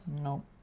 No